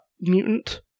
mutant